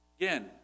Again